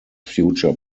future